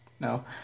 No